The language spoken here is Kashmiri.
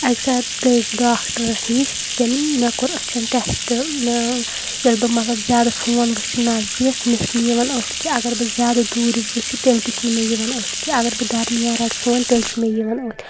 اَکہِ ساتہٕ گٔیَس بہٕ ڈاکٹَرَس نِش تٔمۍ مےٚ کۆر أچَھن ٹؠسٹ مےٚ ییٚلہِ بہٕ مطلب زیادٕ فون وٕچھٕ نَزدیٖک مےٚ چھنہٕ یِوان أتھۍ کینٛہہ اَگر بہٕ زیادٕ دوٗرِ وٕچھٕ تیٚلہِ تہِ چھنہٕ مےٚ یِوان أتھۍ کینٛہہ اَگر بہٕ دَرمِیان رَٹہٕ فون تیٚلہِ چھُ مےٚ یِوان أتھۍ